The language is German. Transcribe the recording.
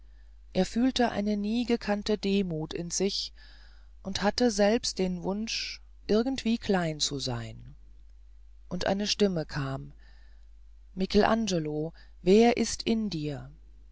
er fühlte eine nie gekannte demut in sich und hatte selbst den wunsch irgendwie klein zu sein und eine stimme kam michelangelo wer ist in dir